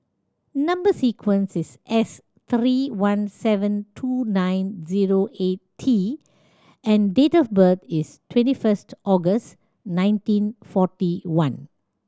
number sequence is S three one seven two nine zero eight T and date of birth is twenty first August nineteen forty one